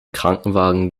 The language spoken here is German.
krankenwagen